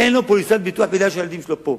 אין לו פוליסת ביטוח כי הילדים שלו פה,